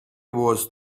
was